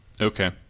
Okay